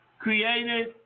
Created